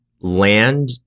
land